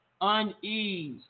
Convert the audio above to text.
unease